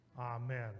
Amen